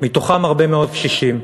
מתוכם הרבה מאוד קשישים.